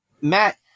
matt